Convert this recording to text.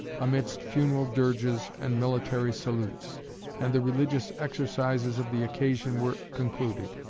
amidst funeral dirges and military salutes and the religious exercises of the occasion were concluded.